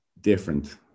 different